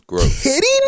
kidding